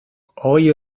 hogei